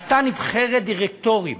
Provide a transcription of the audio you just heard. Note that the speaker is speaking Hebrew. עשתה נבחרת דירקטורים